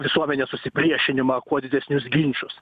visuomenės susipriešinimą kuo didesnius ginčus